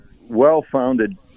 well-founded